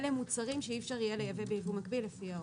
אלה מוצרים שאי אפשר יהיה לייבא ביבוא מקביל לפי ההוראות.